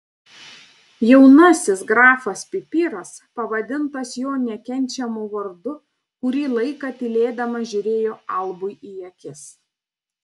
jaunasis grafas pipiras pavadintas jo nekenčiamu vardu kurį laiką tylėdamas žiūrėjo albui į akis